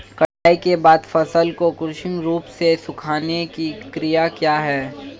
कटाई के बाद फसल को कृत्रिम रूप से सुखाने की क्रिया क्या है?